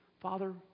Father